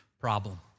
problem